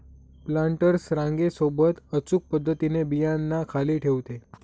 planters रांगे सोबत अचूक पद्धतीने बियांना खाली ठेवते